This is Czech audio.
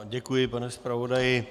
Děkuji, pane zpravodaji.